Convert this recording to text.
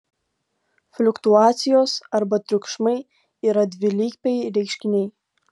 fliuktuacijos arba triukšmai yra dvilypiai reiškiniai